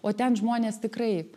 o ten žmonės tikrai